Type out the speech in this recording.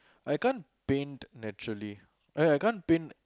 I can't paint naturally I I can't paint